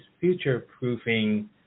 future-proofing